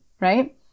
right